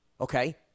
Okay